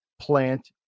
plant